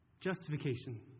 Justification